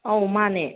ꯑꯧ ꯃꯥꯅꯦ